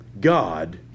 God